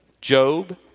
Job